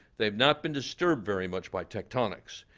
they have not been disturbed very much by tectonics.